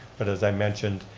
but as i mentioned,